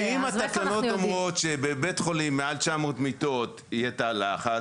כי אם התקנות אומרות שבבית חולים מעל 900 מיטות יהיה תא לחץ,